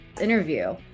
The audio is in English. interview